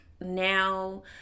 now